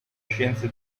scienze